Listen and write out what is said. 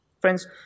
Friends